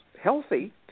healthy